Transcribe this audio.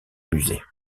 musées